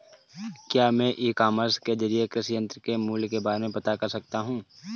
क्या मैं e commerce के ज़रिए कृषि यंत्र के मूल्य के बारे में पता कर सकता हूँ?